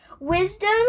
Wisdom